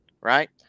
right